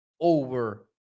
over